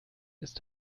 ist